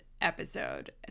episode